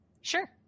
Sure